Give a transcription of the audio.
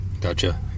Gotcha